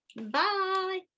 bye